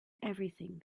everything